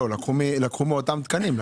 לא, לקחו מאותם תקנים.